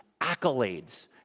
accolades